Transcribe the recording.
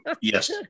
Yes